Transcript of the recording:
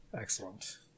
excellent